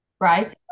right